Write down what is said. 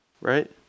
right